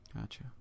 Gotcha